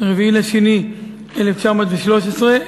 4 בפברואר 2013,